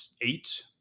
Eight